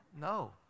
no